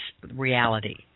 reality